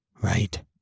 Right